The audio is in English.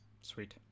Sweet